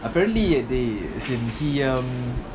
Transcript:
apparently eh they he um